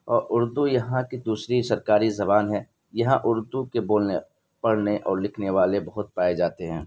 اور اردو یہاں کی دوسری سرکاری زبان ہے یہاں اردو کے بولنے پڑھنے اور لکھنے والے بہت پائے جاتے ہیں